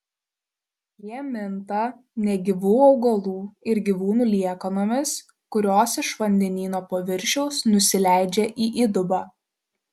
jie minta negyvų augalų ir gyvūnų liekanomis kurios iš vandenyno paviršiaus nusileidžia į įdubą